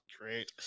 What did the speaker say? Great